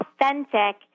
authentic